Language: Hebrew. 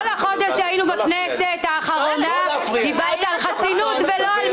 כל החודש שהיינו בכנסת דברת על חסינות ולא על